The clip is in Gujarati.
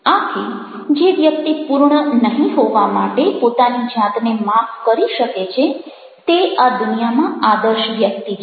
આથી જે વ્યક્તિ પૂર્ણ નહીં હોવા માટે પોતાની જાતને માફ કરી શકે છે તે આ દુનિયામાં આદર્શ વ્યક્તિ છે